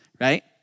right